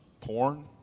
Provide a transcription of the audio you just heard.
porn